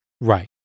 Right